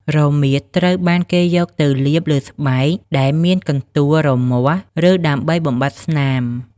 រមៀត ត្រូវបានគេយកទៅលាបលើស្បែកដែលមានកន្ទួល រមាស់ ឬ ដើម្បីបំបាត់ស្នាម។